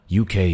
UK